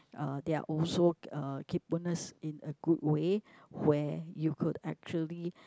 uh there're also uh kayponess in a good way where you could actually